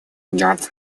идет